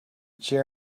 chair